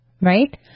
right